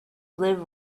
live